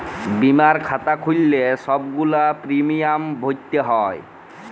বীমার খাতা খ্যুইল্লে ছব গুলা পিরমিয়াম ভ্যইরতে হ্যয়